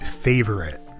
Favorite